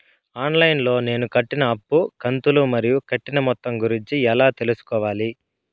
On line లో నేను కట్టిన అప్పు కంతులు మరియు కట్టిన మొత్తం గురించి ఎలా తెలుసుకోవాలి?